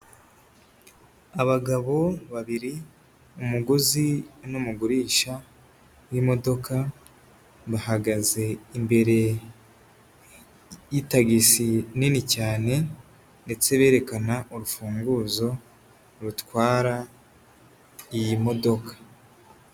Abagabo babiri, umuguzi n'umugurisha w'imodoka bahagaze imbere y'itagisi nini cyane ndetse berekana urufunguzo rutwara iyi modoka.